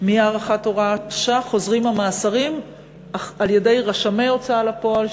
הוראת שעה חוזרים המאסרים על-ידי רשמי הוצאה לפועל,